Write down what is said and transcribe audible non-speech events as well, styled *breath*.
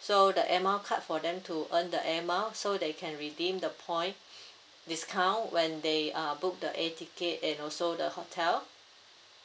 so the air mile card for them to earn the air mile so they can redeem the point *breath* discount when they uh book the air ticket and also the hotel